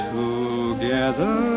together